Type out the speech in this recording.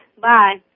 Bye